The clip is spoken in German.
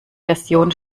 version